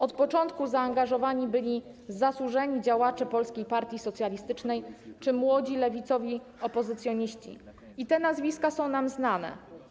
Od początku zaangażowani byli zasłużeni działacze Polskiej Partii Socjalistycznej czy młodzi lewicowi opozycjoniści, i te nazwiska są nam znane: